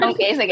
Okay